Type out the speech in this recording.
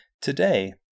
Today